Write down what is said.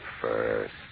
first